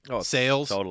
sales